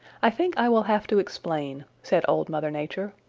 i think i will have to explain, said old mother nature.